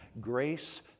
Grace